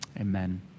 Amen